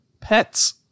Pets